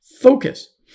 focus